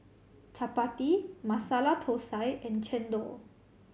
chappati Masala Thosai and chendol